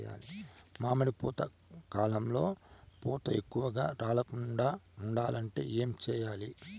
మామిడి పూత కాలంలో పూత ఎక్కువగా రాలకుండా ఉండాలంటే ఏమి చెయ్యాలి?